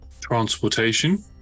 transportation